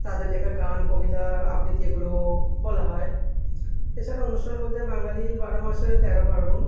তাদের লেখা গান কবিতা আবৃত্তি এগুলো বলা হয় এছাড়া অনুষ্ঠান বলতে বাঙালির বারো মাসে তেরো পার্বণ